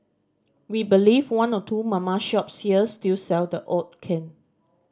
we believe one or two mama shops here still sell the odd can